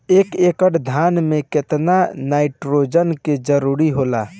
एक एकड़ धान मे केतना नाइट्रोजन के जरूरी होला?